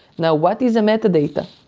now, what is a metadata?